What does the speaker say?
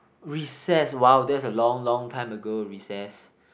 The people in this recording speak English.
recess !wow! that's a long long time ago recess